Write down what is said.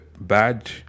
bad